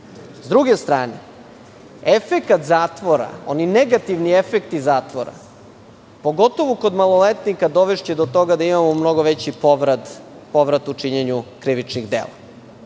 S druge strane, efekat zatvora, oni negativni efekti zatvora, pogotovu kod maloletnika dovešće do toga da imamo mnogo veći povrat u činjenju krivičnih